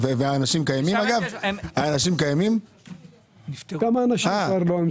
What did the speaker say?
מרכז השלטון המקומי, בבקשה.